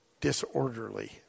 disorderly